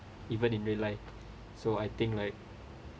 even in real life